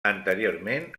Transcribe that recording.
anteriorment